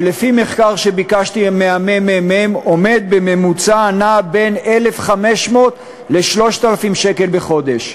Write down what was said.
שלפי מחקר שביקשתי מהממ"מ הוא נע בממוצע בין 1,500 ל-3,000 שקלים בחודש?